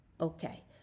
Okay